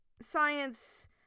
Science